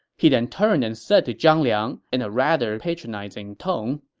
he then turned and said to zhang liang, in a rather patronizing tone,